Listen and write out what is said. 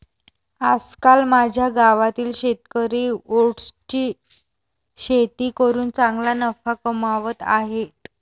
आजकाल माझ्या गावातील शेतकरी ओट्सची शेती करून चांगला नफा कमावत आहेत